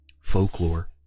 folklore